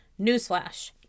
Newsflash